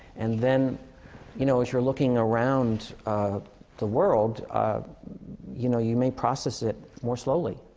and then you know, as you're looking around the world, um you know, you may process it more slowly.